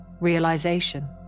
Realization